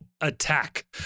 attack